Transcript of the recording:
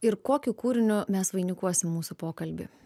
ir kokiu kūriniu mes vainikuosim mūsų pokalbį